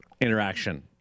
interaction